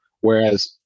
Whereas